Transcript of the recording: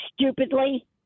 stupidly